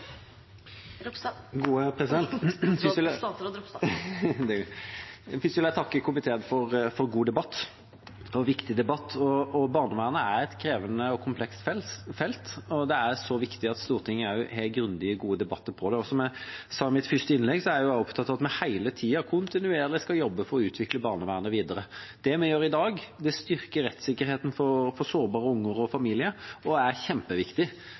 et krevende og komplekst felt, og det er viktig at Stortinget har gode og grundige debatter om det. Som jeg sa i mitt første innlegg, er jeg opptatt av at vi kontinuerlig skal jobbe for å utvikle barnevernet videre. Det vi gjør i dag, styrker rettssikkerheten for sårbare barn og familier og er kjempeviktig,